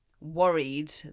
worried